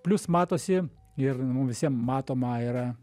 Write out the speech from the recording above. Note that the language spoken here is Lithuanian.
plius matosi ir mum visiem matoma yra